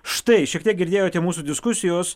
štai šiek tiek girdėjote mūsų diskusijos